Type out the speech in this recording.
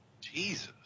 Jesus